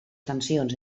tensions